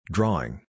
Drawing